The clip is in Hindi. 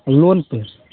लोन पर